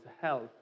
health